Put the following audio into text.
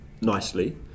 nicely